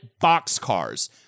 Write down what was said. boxcars